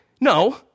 No